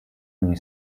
only